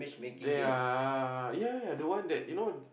there are ya ya ya the one that you know